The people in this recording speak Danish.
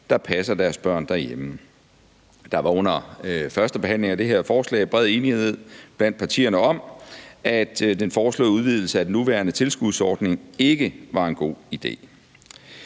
der passer deres børn derhjemme – og der var under førstebehandlingen af forslaget bred enighed blandt partierne om, at den foreslåede udvidelse af den nuværende tilskudsordning ikke var en god idé.